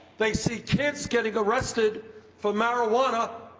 they see kids getting arrested for marijuana,